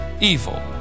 evil